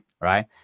Right